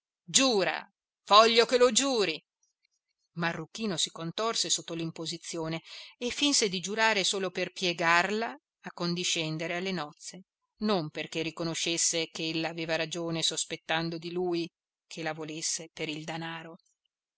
giura voglio che lo giuri marruchino si contorse sotto l'imposizione e finse di giurare solo per piegarla a condiscendere alle nozze non perché riconoscesse ch'ella aveva ragione sospettando di lui che la volesse per il danaro